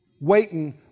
Waiting